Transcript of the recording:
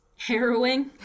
harrowing